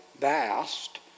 vast